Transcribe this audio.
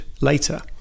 later